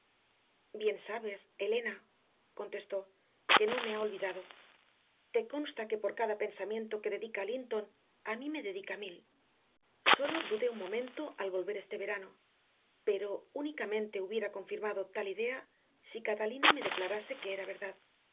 bien sabes elena contestó que no me ha olvidado te consta que por cada pensamiento que dedica a linton a mí me dedica mil sólo dudé un momento al volver este verano pero únicamente hubiera confirmado tal idea si catalina me declarase que era verdad